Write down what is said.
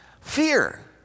Fear